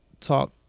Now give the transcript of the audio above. talk